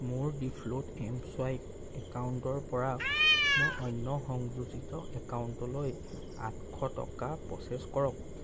মোৰ default M swipe একাউণ্টৰ পৰা মোৰ অন্য সংযোজিত একাউণ্টলৈ আঠশ টকা প্ৰ'চেছ কৰক